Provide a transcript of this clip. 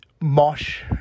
mosh